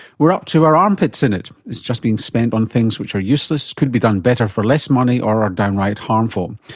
we're up to our armpits in it. it's just being spent on things which are useless, could be done better for less money or are downright harmful.